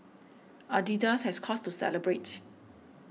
Adidas has cause to celebrate